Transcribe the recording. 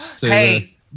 Hey